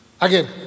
Again